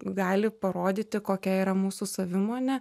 gali parodyti kokia yra mūsų savimonė